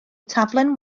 taflen